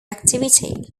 activity